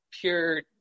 pure